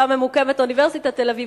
שבה ממוקמת אוניברסיטת תל-אביב,